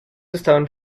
estaban